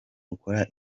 ukora